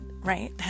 right